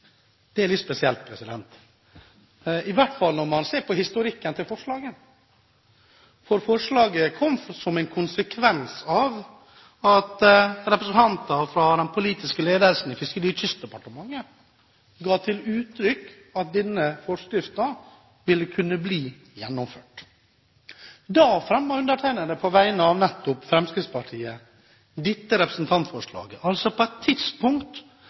Det er litt spesielt – i hvert fall når man ser på historikken til forslaget – for forslaget kom som en konsekvens av at representanter fra den politiske ledelsen i Fiskeri- og kystdepartementet ga uttrykk for at denne forskriften ville kunne bli gjennomført. Da fremmet undertegnede på vegne av Fremskrittspartiet dette representantforslaget, altså på et tidspunkt